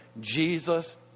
Jesus